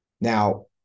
Now